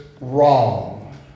wrong